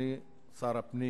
אדוני שר הפנים,